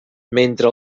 mentre